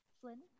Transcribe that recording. Flynn